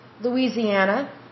Louisiana